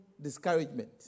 discouragement